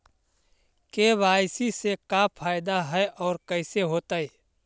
KYC से का फायदा है और कैसे होतै?